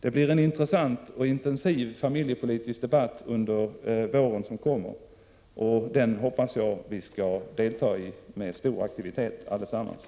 Det blir en intressant och intensiv familjepolitisk debatt under den vår som kommer, och jag hoppas att vi skall delta i den med stor aktivitet allesammans.